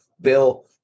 bill